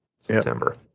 September